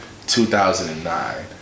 2009